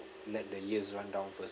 let the years run down first